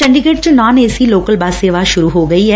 ਚੰਡੀਗੜੁ ਚ non AC local bus ਸੇਵਾ ਸੁਰੂ ਹੋ ਗਈ ਐ